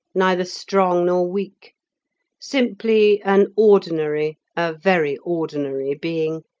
neither strong nor weak simply an ordinary, a very ordinary being,